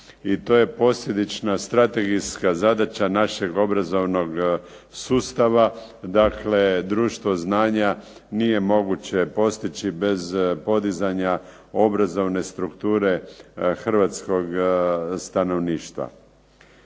i to je posljedična strategijska zadaća našeg obrazovnog sustava, dakle društvo znanja nije moguće postići bez podizanja obrazovne strukture hrvatskog stanovništva.